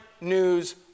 news